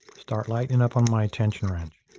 start lightening up on my tension wrench.